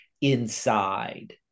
inside